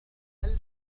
تتكلم